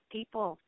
People